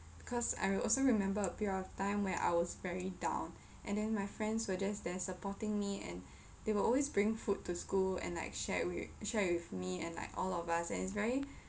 because I will also remember a period of time where I was very down and then my friends were just there supporting me and they will always bring food to school and like share it with share it with me and like all of us and it's very